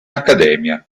accademia